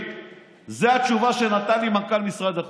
זו התשובה שנתן לי מנכ"ל משרד החוץ.